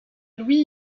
louis